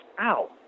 Ow